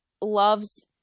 loves